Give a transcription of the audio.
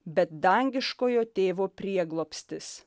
bet dangiškojo tėvo prieglobstis